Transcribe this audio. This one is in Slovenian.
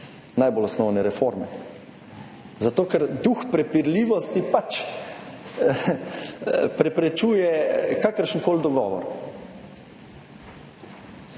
najbolj osnovne reforme. Zato ker duh prepirljivosti pač preprečuje kakršenkoli dogovor.